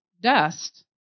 dust